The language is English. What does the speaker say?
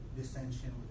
dissension